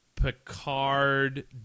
picard